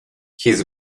his